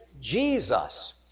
Jesus